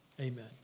Amen